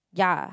ya